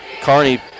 Carney